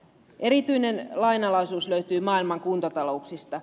erityinen lainalaisuus löytyy maailman kuntatalouksista